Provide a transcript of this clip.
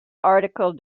article